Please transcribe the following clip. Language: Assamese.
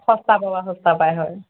সস্তা পাবা সস্তা পায় হয়